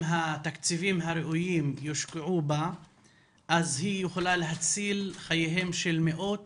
התקציבים הראויים יושקעו בה אז היא יכולה להציל את חייהם של מאות